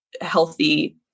healthy